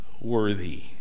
worthy